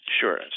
Sure